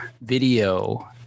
video